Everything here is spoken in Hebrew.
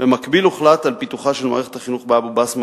במקביל הוחלט על פיתוחה של מערכת החינוך באבו-בסמה,